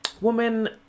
woman